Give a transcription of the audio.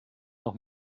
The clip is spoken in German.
noch